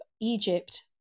Egypt